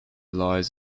lies